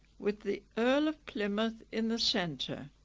with the earl of plymouth in the centre